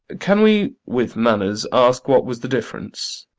can we, with manners, ask what was the difference?